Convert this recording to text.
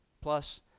Plus